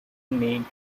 named